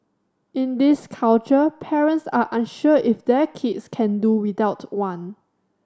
in this culture parents are unsure if their kids can do without one